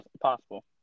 possible